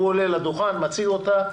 הוא עולה לדוכן ומציג אותה,